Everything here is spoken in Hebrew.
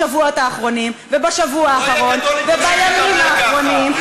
בשבועות האחרונים ובשבוע האחרון ובימים האחרונים.